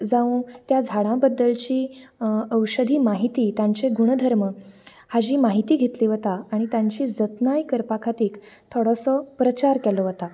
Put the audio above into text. जावं त्या झाडां बद्दलची औशधी म्हायती तांचे गुणधर्म हाजी म्हायती घेतली वता आनी तांची जतनाय करपा खातीर थोडोसो प्रचार केल्लो वता